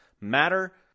matter